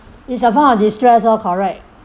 it's a form of de-stress lor correct